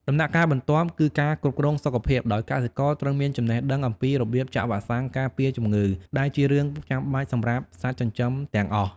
ដំណាក់កាលបន្ទាប់គឺការគ្រប់គ្រងសុខភាព ដោយកសិករត្រូវមានចំណេះដឹងអំពីរបៀបចាក់វ៉ាក់សាំងការពារជំងឺ ដែលជារឿងចាំបាច់សម្រាប់សត្វចិញ្ចឹមទាំងអស់។